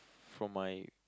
from my